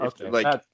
Okay